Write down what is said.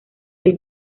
del